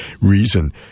reason